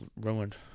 ruined